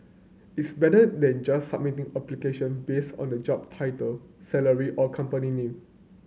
it's better than just submitting application based on the job title salary or company name